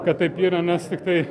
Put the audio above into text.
kad taip yra nes tiktai